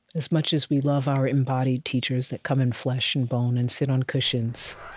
as much as we love our embodied teachers that come in flesh and bone and sit on cushions